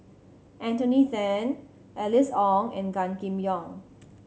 Anthony Then Alice Ong and Gan Kim Yong